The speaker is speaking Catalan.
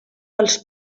als